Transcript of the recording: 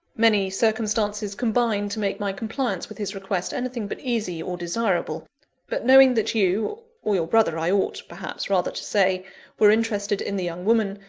many circumstances combined to make my compliance with his request anything but easy or desirable but knowing that you or your brother i ought, perhaps, rather to say were interested in the young woman,